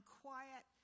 quiet